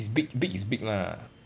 is big big is big lah